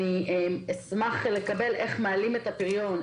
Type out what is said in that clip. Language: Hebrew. אשמח לשמוע איך מעלים את הפריון,